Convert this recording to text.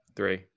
Three